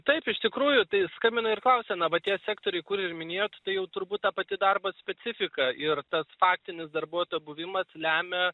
taip iš tikrųjų tai skambina ir klausia na va tie sektoriai kur ir minėjot tai jau turbūt ta pati darbo specifika ir tas faktinis darbuotojo buvimas lemia